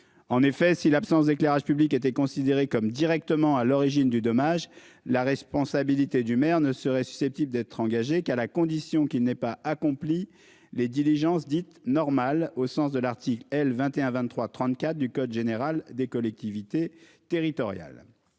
En effet, si l'absence d'éclairage public était considéré comme directement à l'origine du dommage la responsabilité du maire ne serait susceptible d'être engagée qu'à la condition qu'il n'est pas accompli les diligences dite normale au sens de l'article L 21 23 34 du code général des collectivités territoriales.